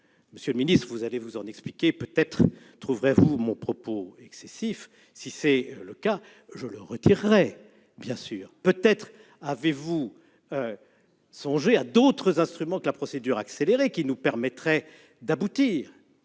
Monsieur le secrétaire d'État, vous allez vous en expliquer. Peut-être trouverez-vous que mon propos est excessif ; si tel est bien le cas, je le retirerai, bien sûr ! Peut-être avez-vous songé à d'autres instruments que la procédure accélérée qui nous permettraient tout